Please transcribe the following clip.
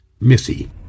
Missy